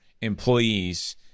employees